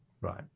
Right